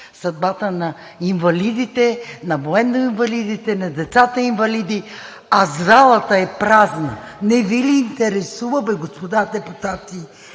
съдбата на инвалидите, на военноинвалидите, на децата инвалиди, а залата е празна. Не Ви ли интересува бе, господа депутати,